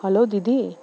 hello दिदी